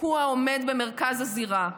הוא העומד במרכז הזירה,